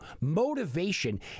Motivation